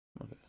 Okay